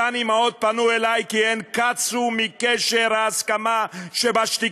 אותן אימהות פנו אלי כי הן קצו בקשר ההסכמה שבשתיקה